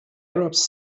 arabs